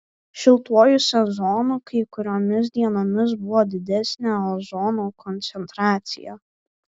šiltuoju sezonu kai kuriomis dienomis buvo didesnė ozono koncentracija